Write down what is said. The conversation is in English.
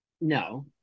no